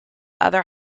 other